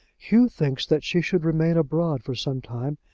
hugh thinks that she should remain abroad for some time,